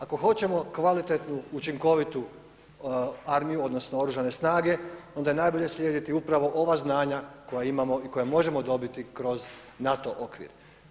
Ako hoćemo kvalitetnu učinkovitu armiju, odnosno Oružane snage onda je najbolje slijediti upravo ova znanja koja imamo i koja možemo dobiti kroz NATO okvir.